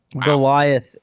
Goliath